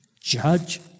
judge